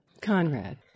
Conrad